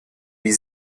wie